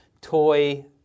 toy